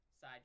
side